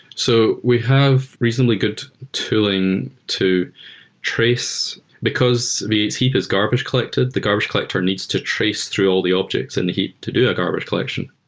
so we have recently good tooling to trace. because heap is garbage collector, the garbage collector needs to trace through all the objects and heap to do that garbage collection.